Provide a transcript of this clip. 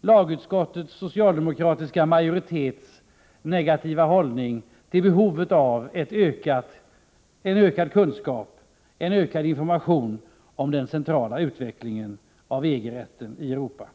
lagutskottets socialdemokratiska majoritets negativa hållning till behovet av en ökad kunskap och en ökad information om den centrala utvecklingen av EG-rätten i Europa.